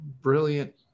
brilliant